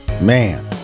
Man